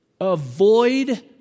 avoid